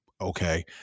okay